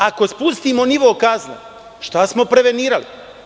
Ako spustimo nivo kazne, šta smo prevenirali?